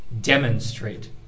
Demonstrate